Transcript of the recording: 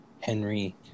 Henry